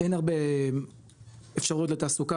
אין הרבה אפשרויות לתעסוקה,